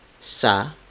sa